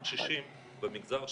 אותם קשישים במגזר שלי,